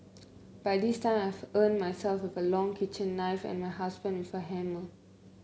by this time I have armed myself with a long kitchen knife and my husband with a hammer